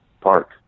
park